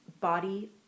body